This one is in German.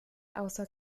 außer